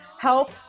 help